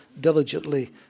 diligently